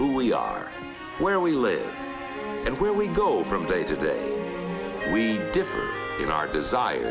who we are where we live and where we go from day to day we differ in our desire